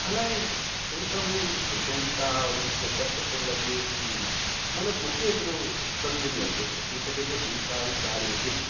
अलाए छो त हू ढिजनि था उन्हनि खे डप थो लॻे की मतिलबु मूंखे एतिरो समुझ में अचे थो थी सघे थो ॿी काई ॻाल्हि हुजे